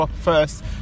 first